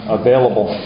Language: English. available